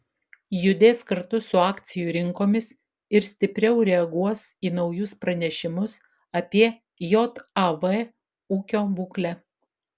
judės kartu su akcijų rinkomis ir stipriau reaguos į naujus pranešimus apie jav ūkio būklę